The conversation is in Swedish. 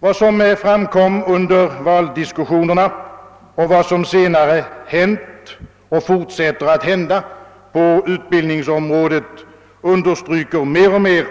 Vad som framkom under valdiskussionerna och vad som senare hänt och fortsätter att hända på utbildningsområdet understryker mer och mer